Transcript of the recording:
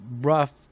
rough